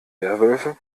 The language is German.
werwölfe